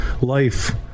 life